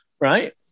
right